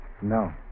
No